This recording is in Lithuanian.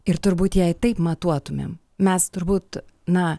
ir turbūt jei taip matuotumėm mes turbūt na